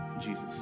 Jesus